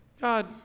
God